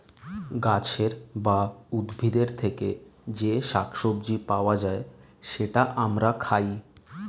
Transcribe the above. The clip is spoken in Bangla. গাছের বা উদ্ভিদের থেকে যে শাক সবজি পাওয়া যায়, সেটা আমরা খাই